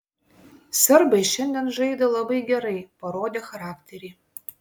serbai šiandien žaidė labai gerai parodė charakterį